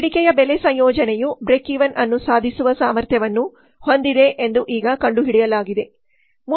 ಬೇಡಿಕೆಯ ಬೆಲೆ ಸಂಯೋಜನೆಯು ಬ್ರೇಕ್ವೆನ್ ಅನ್ನು ಸಾಧಿಸುವ ಸಾಮರ್ಥ್ಯವನ್ನು ಹೊಂದಿದೆ ಎಂದು ಈಗ ಕಂಡುಹಿಡಿಯಲಾಗಿದೆ